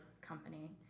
company